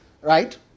Right